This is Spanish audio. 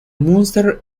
munster